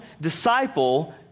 disciple